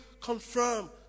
confirm